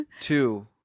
Two